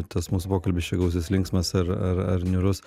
tas mūsų pokalbis čia gausis linksmas ar ar ar niūrus